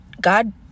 god